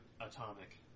Atomic